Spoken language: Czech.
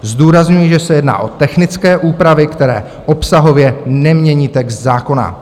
Zdůrazňuji, že se jedná o technické úpravy, které obsahově nemění text zákona.